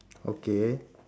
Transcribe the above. okay